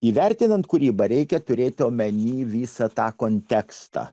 įvertinant kūrybą reikia turėti omeny visą tą kontekstą